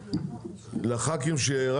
(הישיבה נפסקה בשעה 08:55 ונתחדשה בשעה